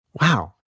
wow